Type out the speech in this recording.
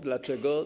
Dlaczego?